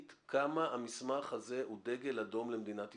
כמה המסמך הזה הוא דגל אדום למדינת ישראל.